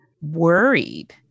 worried